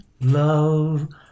love